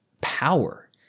power